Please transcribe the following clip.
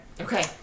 Okay